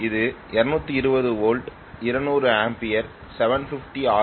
இது 220 volt 200 ampere 750 R